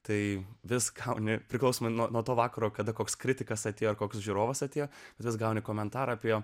tai viską nepriklausomai nuo nuo to vakaro kada koks kritikas atėjo koks žiūrovas atėjo vis gauni komentarą apie